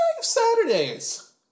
Saturdays